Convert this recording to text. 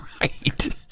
Right